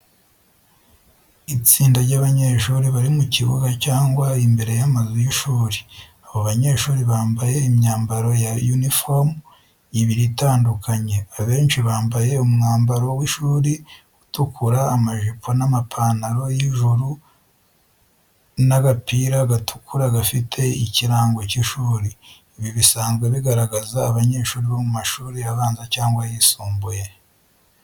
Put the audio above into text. Itsinda ry'abanyeshuri bari mu kibuga cyangwa imbere y’amazu y’ishuri. Abo banyeshuri bambaye imyambaro ya uniforms ibiri itandukanye. Abenshi bambaye umwambaro w’ishuri utukura amajipo n'amapantalo y'ijuru n’agapira gatukura gafite ikirango cy’ishuri. Ibi bisanzwe bigaragaza abanyeshuri bo mu mashuri abanza cyangwa ayisumbuye.